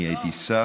אני הייתי שר.